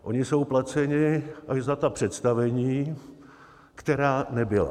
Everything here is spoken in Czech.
Oni jsou placeni až za ta představení, která nebyla.